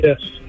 yes